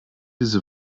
diese